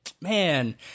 Man